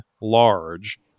large